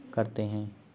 کرتے ہیں